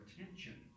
attention